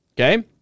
Okay